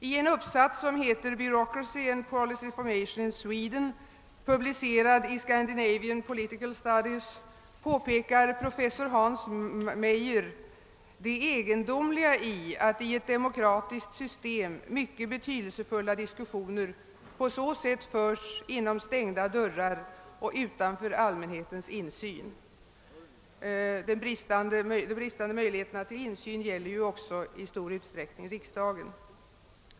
I en uppsats som heter Bureaucracy and Policy Formation in Sweden, publicerad i Scandinavian Political Studies, påpekar professor Hans Meijer det egendomliga i att i ett demokratiskt system mycket betydelsefulla diskussioner på så sätt förs inom stängda dörrar och utan allmänhetens insyn. De bristande möjligheterna till insyn gäller också i stor utsträckning riksdagen.